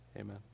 Amen